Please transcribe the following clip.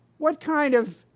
what kind of